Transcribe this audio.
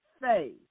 faith